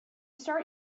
start